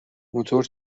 موتور